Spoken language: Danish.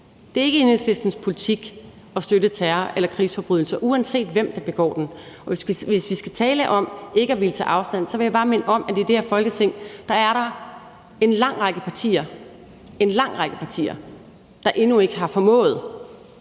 Det er ikke Enhedslistens politik at støtte terror eller krigsforbrydelser, uanset hvem der begår dem. Og hvis vi skal tale om ikke at ville tage afstand, vil jeg bare minde om, at der i det her Folketing er en lang række partier, der endnu ikke har formået